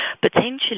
potentially